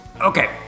Okay